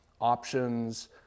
options